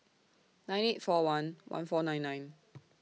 nine eight four one one four nine nine